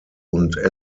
und